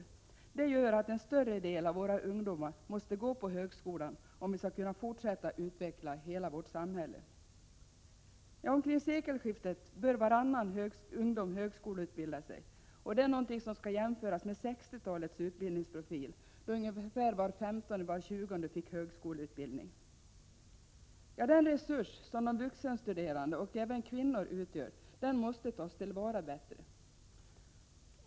Detta tillsammans gör att en större del av våra ungdomar måste gå på högskolan, om vi skall kunna fortsätta att utveckla hela vårt samhälle. Omkring sekelskiftet bör varannan ungdom högskoleutbilda sig, något som skall jämföras med 60-talets utbildningsprofil, då var 15:e—20:e fick högskoleutbildning. Den resurs som de vuxenstuderande och kvinnor utgör måste också tas till vara bättre.